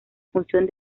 función